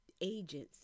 agents